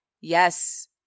yes